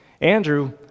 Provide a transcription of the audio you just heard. andrew